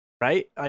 Right